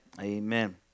Amen